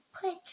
put